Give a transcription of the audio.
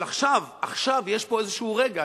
אבל עכשיו, עכשיו, יש פה איזשהו רגע.